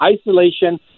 isolation